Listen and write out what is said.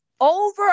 over